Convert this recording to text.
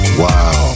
wow